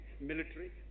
military